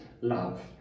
love